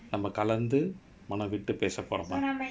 நாம கலந்து மனம்விட்டு பேச போறோம்:naama kalantu manamvittu pesa porom